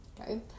Okay